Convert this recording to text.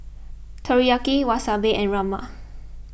Teriyaki Wasabi and Rajma